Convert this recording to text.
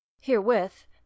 Herewith